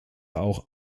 auch